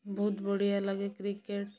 ବହୁତ ବଢ଼ିଆ ଲାଗେ କ୍ରିକେଟ୍